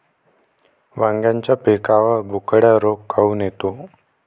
वांग्याच्या पिकावर बोकड्या रोग काऊन येतो?